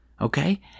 okay